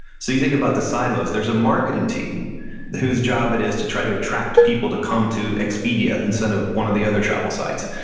so you think about the silos, there's a marketing team whose job it is to try to attract people to come to expedia instead of one of the other travel sites,